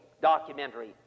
documentary